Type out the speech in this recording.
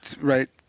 right